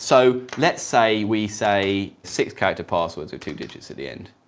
so let's say we say six character passwords with two digits at the end.